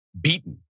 beaten